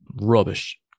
rubbish